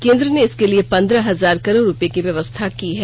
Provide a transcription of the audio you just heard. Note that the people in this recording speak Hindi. केन्द्र ने इसके लिए पंद्रह हजार करोड़ रूपये की व्यवस्था की है